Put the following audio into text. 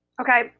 Okay